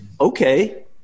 okay